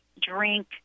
drink